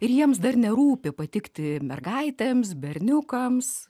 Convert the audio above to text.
ir jiems dar nerūpi patikti mergaitėms berniukams